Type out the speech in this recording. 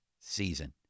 season